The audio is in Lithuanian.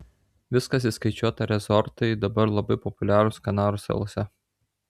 viskas įskaičiuota resortai dabar labai populiarūs kanarų salose